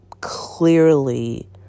clearly